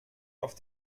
auf